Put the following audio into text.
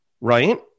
right